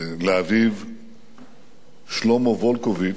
לאביו שלמה וולקוביץ,